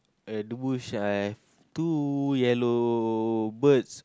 uh dua I have two yellow birds